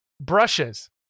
brushes